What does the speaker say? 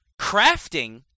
Crafting